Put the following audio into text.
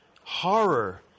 horror